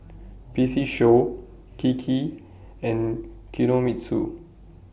P C Show Kiki and Kinohimitsu